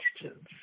questions